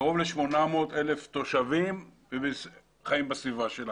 קרוב ל-800,000 תושבים בסביבה שלה.